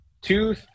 Two